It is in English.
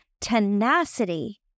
tenacity